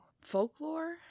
folklore